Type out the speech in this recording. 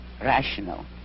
rational